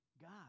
God